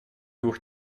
двух